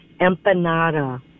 empanada